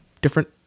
different